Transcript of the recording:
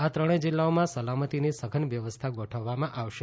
આ ત્રણેય જીલ્લાઓમાં સલામતીની સધન વ્યવસ્થા ગોઠવવામાં આવશે